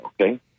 Okay